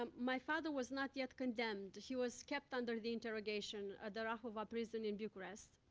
um my father was not yet condemned. he was kept under the interrogation at the rahova prison in bucharest.